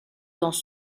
dans